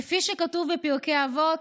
כפי שכתוב בפרקי אבות,